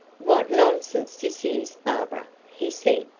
what nonsense this is, barbara, he said.